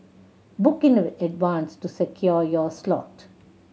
book in advance to secure your slot